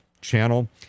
channel